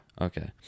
Okay